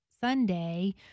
Sunday